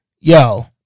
Yo